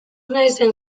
naizen